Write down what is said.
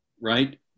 right